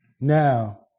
now